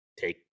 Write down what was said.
take